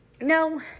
no